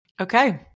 Okay